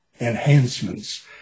enhancements